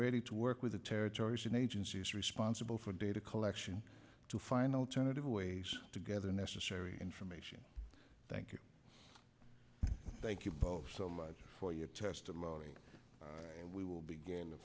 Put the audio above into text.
ready to work with the territories and agencies responsible for data collection to find alternative ways to gather necessary information thank you thank you both so much for your testimony and we will begin t